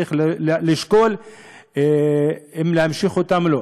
צריך לשקול אם להמשיך אותם או לא.